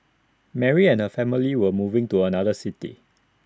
Mary and her family were moving to another city